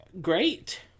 great